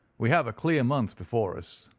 we have a clear month before us